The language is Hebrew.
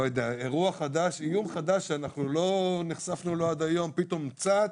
איום חדש שלא נחשפנו לו עד היום פתאום צץ,